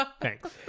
thanks